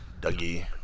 Dougie